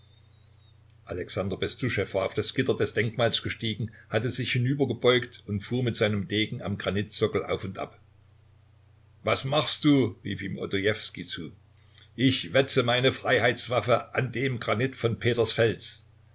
alexander bestuschew war auf das gitter des denkmals gestiegen hatte sich hinübergebeugt und fuhr mit seinem degen am granitsockel auf und ab was machst du rief ihm odojewskij zu ich wetze meine freiheitswaffe an dem granit von peters